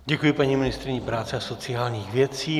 Děkuji paní ministryni práce a sociálních věcí.